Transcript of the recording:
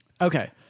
Okay